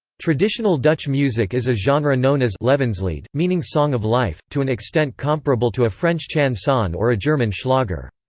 traditional dutch music is a genre known as levenslied, meaning song of life, to an extent comparable to a french chanson or a german schlager.